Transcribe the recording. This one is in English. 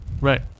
right